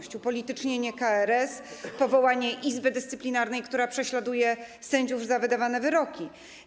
Chodzi o upolitycznienie KRS czy powołanie Izby Dyscyplinarnej, która prześladuje sędziów za wydawane wyroki.